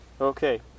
Okay